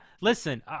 Listen